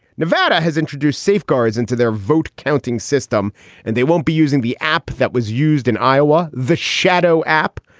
nevada has introduced safeguards into their vote counting system and they won't be using the app that was used in iowa. the shadow app.